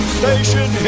station